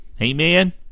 Amen